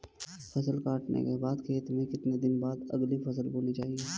फसल काटने के बाद खेत में कितने दिन बाद अगली फसल बोनी चाहिये?